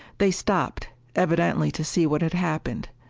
they stopped, evidently to see what had happened.